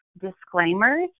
disclaimers